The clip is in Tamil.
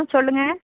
சொல்லுங்கள்